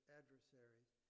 adversaries